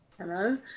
Hello